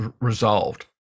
resolved